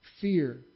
fear